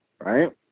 right